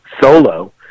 solo